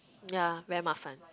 ya very 麻烦